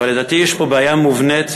אבל, לדעתי, יש פה בעיה מובנית,